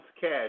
cash